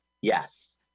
Yes